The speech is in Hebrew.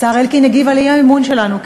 השר אלקין הגיב על האי-אמון שלנו,